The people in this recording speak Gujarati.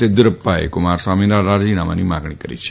ચેદુયુરપાાએ કુમાર સ્વામીના રાજીનામાની માગણી કરી છે